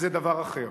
זו דעתך.